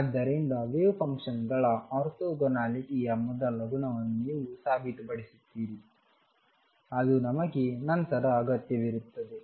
ಆದ್ದರಿಂದ ವೇವ್ ಫಂಕ್ಷನ್ಗಳ ಆರ್ಥೋಗೊನಾಲಿಟಿಯ ಮೊದಲ ಗುಣವನ್ನು ನೀವು ಸಾಬೀತುಪಡಿಸುತ್ತೀರಿ ಅದು ನಮಗೆ ನಂತರ ಅಗತ್ಯವಿರುತ್ತದೆ